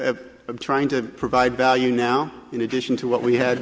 know i'm trying to provide value now in addition to what we had